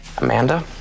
Amanda